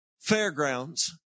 fairgrounds